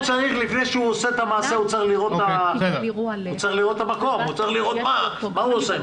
לפני שהוא עושה את המעשה הוא צריך לראות מה הוא עושה.